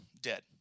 dead